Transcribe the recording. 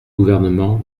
gouvernement